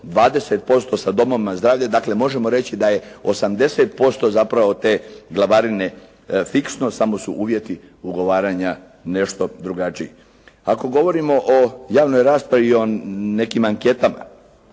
20% sa domovima zdravlja, dakle, možemo reći da je 80% zapravo te glavarine fiksno, samo su uvjeti ugovaranja nešto drugačiji. Ako govorimo o javnoj raspravi i o nekim anketama.